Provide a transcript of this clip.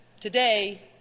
Today